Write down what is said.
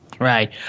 Right